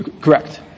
Correct